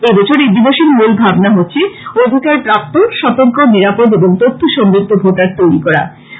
এবছর এই দিবসের মূল ভাবনা হচ্ছে অধিকারপ্রাপ্ত সতর্ক নিরাপদ এবং তথ্যসমৃদ্ধ ভোটার তৈরী করা